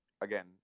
again